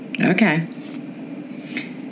Okay